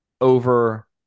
over